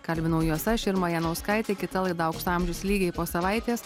kalbinau juos aš irma janauskaitė kita laida aukso amžius lygiai po savaitės